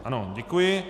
Ano, děkuji.